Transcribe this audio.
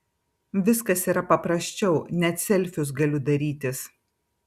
viskas yra paprasčiau net selfius galiu darytis